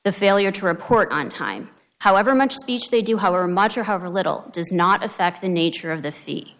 the failure to report on time however much speech they do however much or however little does not affect the nature of the